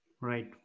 Right